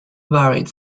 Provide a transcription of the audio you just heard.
varied